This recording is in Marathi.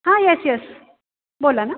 हां यस यस बोला ना